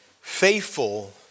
Faithful